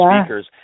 speakers